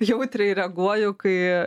jautriai reaguoju kai